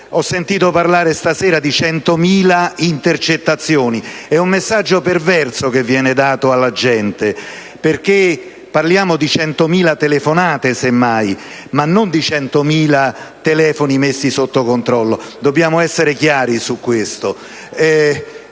Ho sentito parlare stasera di 100.000 intercettazioni. È un messaggio perverso che viene dato alla gente, perché si parla semmai di 100.000 telefonate, e non di 100.000 telefoni messi sotto controllo. Dobbiamo essere chiari su questo